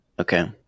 okay